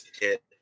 hit